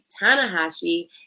Tanahashi